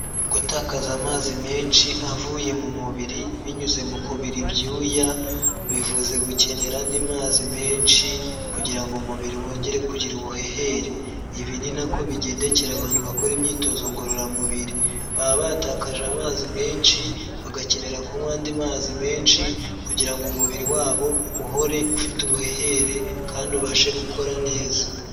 Gutakaza amazi menshi avuye mu mubiri binyuze mu kubira ibyuya, bivuze gukenera andi mazi menshi kugira ngo umubiri wongere kugira ubuhehere. Ibi ni nako bigendekera abantu bakora imyitozo ngororamubiri. Baba batakaje amazi menshi, bagakenera kunywa andi mazi menshi kugira ngo umubiri wabo uhore ufite ubuhehere kandi ubashe gukora neza.